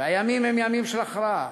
והימים הם ימים של הכרעה: